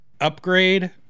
upgrade